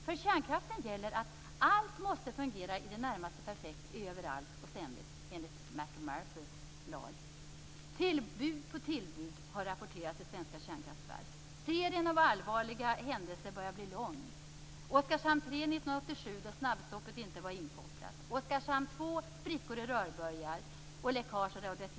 För kärnkraften gäller att "allt måste fungera i det närmaste perfekt överallt och ständigt" enligt Mc Murphys lag. Tillbud på tillbud har rapporterats i svenska kärnkraftverk. Serien av allvarliga händelser börjar bli lång. 1987 var det Oskarshamn 3, då snabbstoppet inte var inkopplat. I Oskarshamn 2 gällde det sprickor i rörböjar och läckage av radioaktivitet.